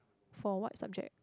for what subject